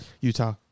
Utah